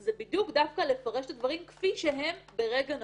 זה דווקא לפרש את הדברים כפי שהם ברגע נתון,